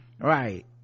Right